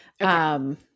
Okay